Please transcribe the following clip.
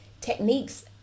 techniques